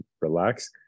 relax